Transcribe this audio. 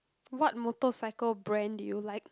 what motorcycle brand do you like